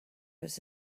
was